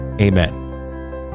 amen